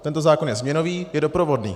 Tento zákon je změnový, je doprovodný.